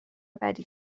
بدی